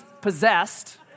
possessed